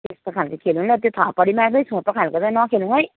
त्यस्तो खालको खेलौँ ल त्यो थप्पडी मार्दै छोटो खालको त नखेलौँ है